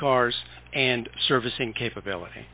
cars and servicing capability